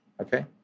okay